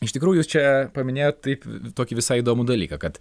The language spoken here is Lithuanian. iš tikrųjų jūs čia paminėjot taip tokį visai įdomų dalyką kad